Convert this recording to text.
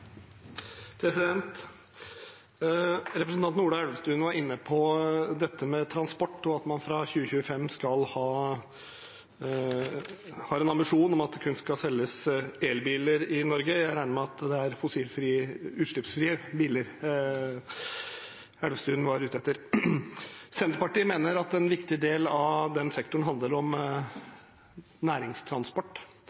Representanten Ola Elvestuen var inne på dette med transport og at man fra 2025 har en ambisjon om at det kun skal selges elbiler i Norge. Jeg regner med at det er utslippsfrie biler Elvestuen er ute etter. Senterpartiet mener at en viktig del av den sektoren handler om